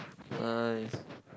nice